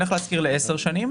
אני הולך להשכיר ל-10 שנים,